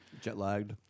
Jet-lagged